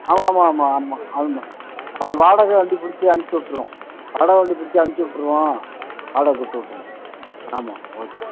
ஆமாம் ஆமாம் ஆமாம் ஆமாம் ஆமாம் அந்த வாடகை வண்டி பிடிச்சி அனுச்சுட்ருவோம் வாடகை வண்டி பிடிச்சி அனுச்சுட்ருவோம் வாடகை கொடுத்து விட்ருங்க ஆமாம் ஓகே